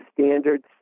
standards